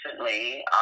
recently